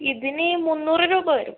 ഇതിന് മുന്നൂറ് രൂപ വരും